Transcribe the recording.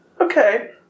Okay